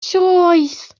choice